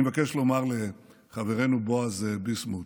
אני מבקש לומר לחברנו בועז ביסמוט,